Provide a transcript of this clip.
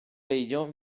legno